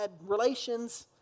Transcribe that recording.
relations